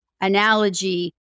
analogy